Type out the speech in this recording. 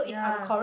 yeah